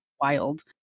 wild